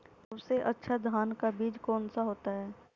सबसे अच्छा धान का बीज कौन सा होता है?